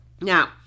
Now